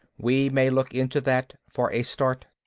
we may look into that, for a start.